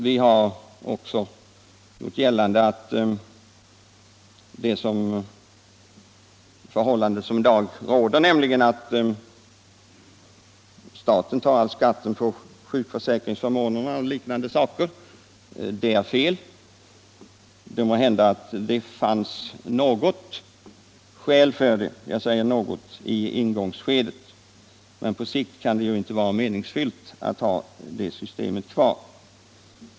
Vi har också gjort gällande att det är felaktigt att staten, såsom i dag sker, tar all skatt på sjukförsäkringsförmåner och liknande. Det fanns måhända något skäl för det i ingångsskedet, men på sikt kan det inte vara riktigt att ha det systemet kvar.